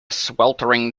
sweltering